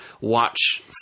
watch